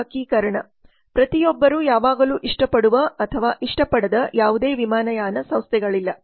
ಗ್ರಾಹಕೀಕರಣ ಪ್ರತಿಯೊಬ್ಬರೂ ಯಾವಾಗಲೂ ಇಷ್ಟಪಡುವ ಅಥವಾ ಇಷ್ಟಪಡದ ಯಾವುದೇ ವಿಮಾನಯಾನ ಸಂಸ್ಥೆಗಳಿಲ್ಲ